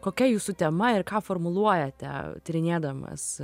kokia jūsų tema ir ką formuluojate tyrinėdamas